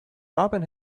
robin